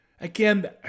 again